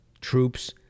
troops